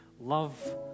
love